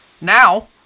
now